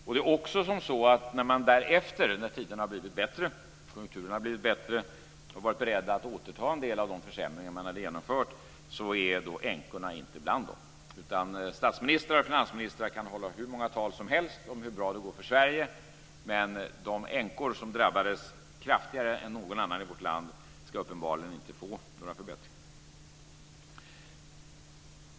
När tiderna och konjunkturerna därefter har blivit bättre har man varit beredd att återta en del av de försämringarna man genomfört. Men när detta är genomfört är pensionerna för änkorna inte bland dem. Statsministrar och finansministrar kan hålla hur många tal som helst om hur bra det går för Sverige. Men de änkor som drabbades kraftigare än några andra i vårt land ska uppenbarligen inte få några förbättringar.